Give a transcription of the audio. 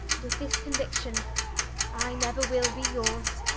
with this conviction i never will be yours.